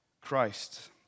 Christ